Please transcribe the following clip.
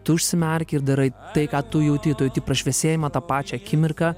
tu užsimerki ir darai tai ką tu jauti tu jauti prašviesėjimą tą pačią akimirką